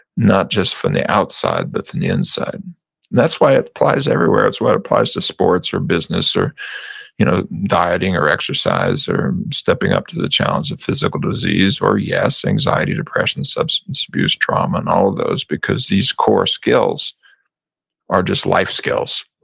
not just from the outside, but from and the inside that's why it applies everywhere. it's why it applies to sports, or business, or you know dieting or exercise, or stepping up to the challenge of physical disease. or yes, anxiety, depression, substance abuse, trauma, and all of those, because these core skills are just life skills.